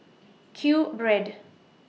Q Bread